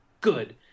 good